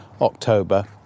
October